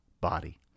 body